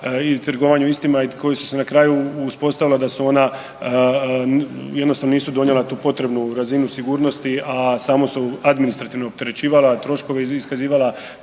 i trgovanju istima i koji su se na kraju uspostavilo da su ona, jednostavno nisu donijela tu potrebnu razinu sigurnosti, a samo su administrativno opterećivala, a troškove iskazivala